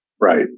Right